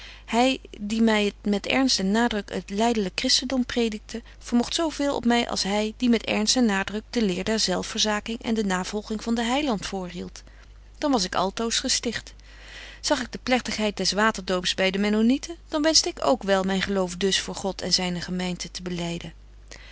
hy die my met ernst en nadruk het lydelyk christendom predikte vermogt zo veel op my als hy die met ernst en nadruk de leer der zelfs verzaking en de navolging van den heiland voorhieldt dan was ik altoos gesticht zag ik de plegtigheid des waterdoops by de mennonieten dan wenschte ik k wel myn geloof dus voor god en zyne gemeinte te belyden